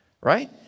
right